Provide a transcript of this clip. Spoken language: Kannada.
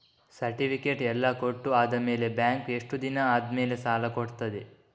ಸರ್ಟಿಫಿಕೇಟ್ ಎಲ್ಲಾ ಕೊಟ್ಟು ಆದಮೇಲೆ ಬ್ಯಾಂಕ್ ಎಷ್ಟು ದಿನ ಆದಮೇಲೆ ಸಾಲ ಕೊಡ್ತದೆ?